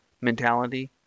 mentality